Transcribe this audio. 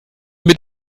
mit